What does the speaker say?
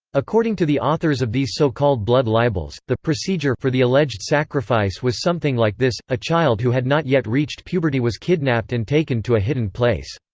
according to the authors of these so-called blood libels, the procedure for the alleged sacrifice was something like this a child who had not yet reached puberty was kidnapped and taken to a hidden place.